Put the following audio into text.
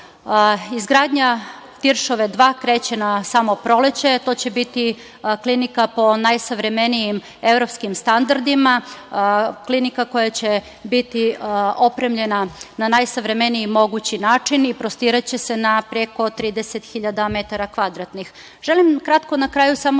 zastarela. Izgradnja Tiršove 2 kreće na samo proleće, to će biti klinika po najsavremenijim evropskim standardima, klinika koja će biti opremljena na najsavremeniji mogući način i prostiraće se na preko 30.000 metara kvadratnih. Želim kratko na kraju samo